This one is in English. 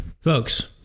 Folks